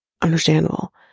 understandable